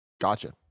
gotcha